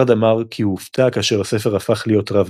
קארד אמר כי הוא הופתע כאשר הספר הפך להיות רב